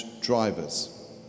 drivers